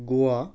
Goa